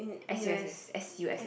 s_u_s_s s_u_s_s